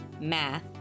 math